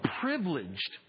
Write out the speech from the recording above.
privileged